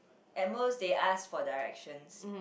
at most they ask for directions